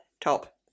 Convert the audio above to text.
top